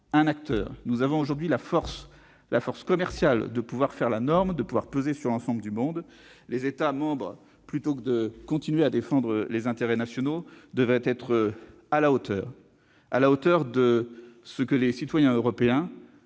Nous avons aujourd'hui la force, notamment commerciale, de pouvoir faire la norme et de peser sur l'ensemble du monde. Les États membres, au lieu de continuer à défendre les intérêts nationaux, devraient être à la hauteur de ce que les citoyens européens